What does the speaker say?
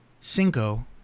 Cinco